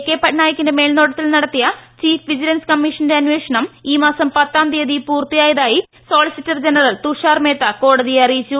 K പട്നായിക്കിന്റെ മേൽനോട്ടത്തിൽ നടത്തിയ ചീഫ് വിജിലൻസ് കമ്മീഷന്റെ അന്വേഷണം ഈ മാസം പത്താം തീയതി പൂർത്തിയായതായി സോളിസ്റ്റർ ജനറൽ തുഷാർ മേത്ത കോടതിയെ അറിയിച്ചു